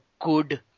good